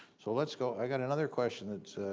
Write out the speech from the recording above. so, let's go. i got another question that's